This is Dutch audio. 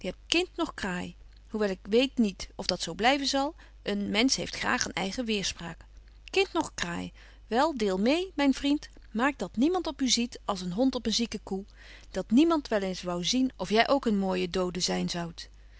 kind noch kraai hoe wel ik weet niet of dat zo blyven zal een mensch heeft graag een eigen weêrspraak kind noch kraai wel deel meê myn vriend maak dat niemand op u ziet als een hond op een zieke koe dat niemand wel eens wou zien of jy ook een mooije doode zyn zoudt